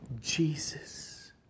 Jesus